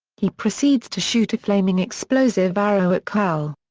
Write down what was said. he proceeds to shoot a flaming explosive arrow at carl.